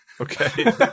Okay